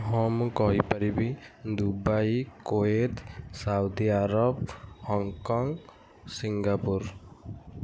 ହଁ ମୁଁ କହିପାରିବି Dubai Kuwait Saudi Arabia Hong Kong Singapore